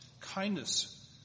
Kindness